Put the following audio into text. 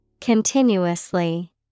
Continuously